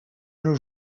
nos